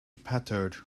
pattered